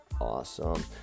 awesome